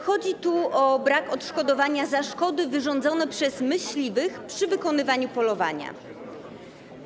Chodzi o brak odszkodowania za szkody wyrządzone przez myśliwych przy polowaniu.